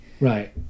Right